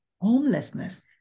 homelessness